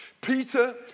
Peter